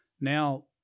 Now